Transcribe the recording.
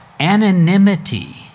Anonymity